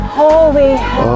holy